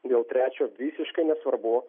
dėl trečio visiškai nesvarbu